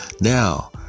now